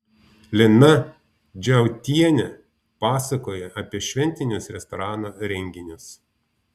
lina džiautienė pasakoja apie šventinius restorano renginius